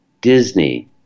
Disney